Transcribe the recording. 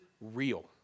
real